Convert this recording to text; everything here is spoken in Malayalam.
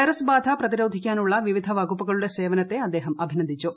വൈറസ് ബാധ പ്രതിരോധിക്കാനുള്ള വിവിധ വകുപ്പുകളുടെ സേവനത്തെ അദ്ദേഹം അഭിനന്ദിച്ചു